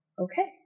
okay